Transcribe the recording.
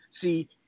see